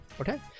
Okay